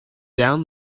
down